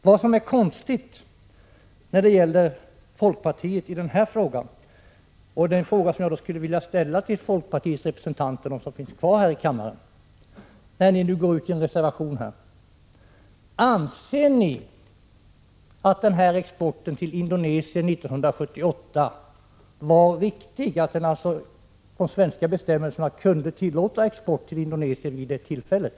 Det är något konstigt med folkpartiets agerande i denna fråga, och jag skulle vilja ställa en fråga till folkpartiets representanter, som har skrivit en reservation: Anser ni att denna export till Indonesien 1978 var riktig, dvs. att de svenska bestämmelserna tillät export till Indonesien vid det tillfället?